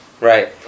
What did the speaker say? Right